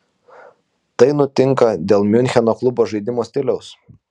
tai nutinka dėl miuncheno klubo žaidimo stiliaus